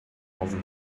ofn